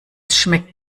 schmeckt